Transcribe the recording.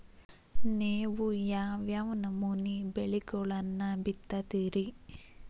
ನೇವು ಯಾವ್ ಯಾವ್ ನಮೂನಿ ಬೆಳಿಗೊಳನ್ನ ಬಿತ್ತತಿರಿ?